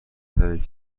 ترین